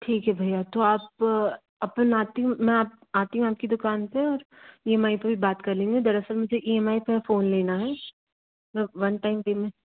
ठीक है भैया तो आप अपन आती हूँ मैं आती हूँ आपकी दुकान पे और ई एम आई पे भी बात कर लेंगे दरअसल मुझे ई एम आई पे फ़ोन लेना है जी वन टाइम पेमेंट